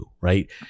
right